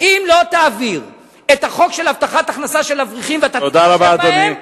אם לא תעביר את החוק של הבטחת הכנסה לאברכים ואתה תתחשב בהם,